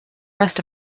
rest